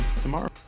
tomorrow